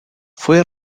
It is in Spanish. fue